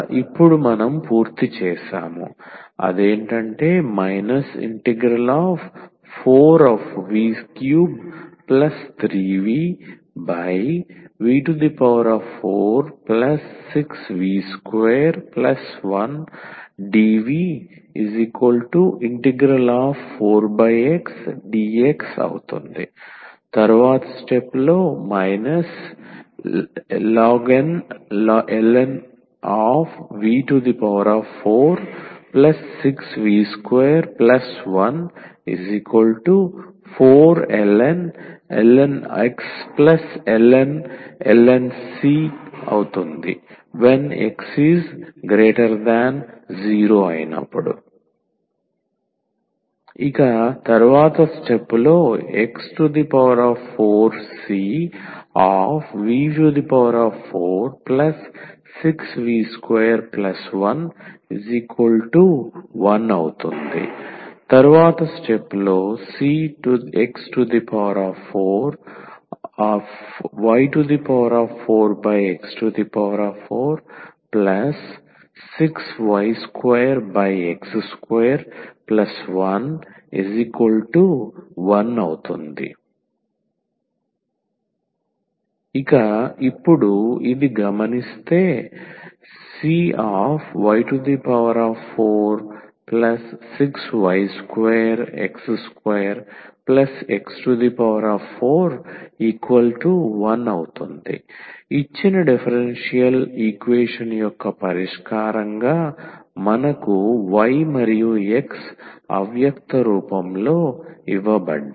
ఇప్పుడు మనం పూర్తి చేసాము 4v33vv46v21dv4xdx ⟹ ln v46v21 4ln x ln c x0 ⟹x4cv46v211 ⟹cx4y4x46y2x211 ఇక ఇప్పుడు ఇది గమనిస్తే ⟹cy46y2x2x41 ఇచ్చిన డిఫరెన్షియల్ ఈక్వేషన్ యొక్క పరిష్కారంగా మనకు y మరియు x అవ్యక్త రూపంలో ఇవ్వబడ్డాయి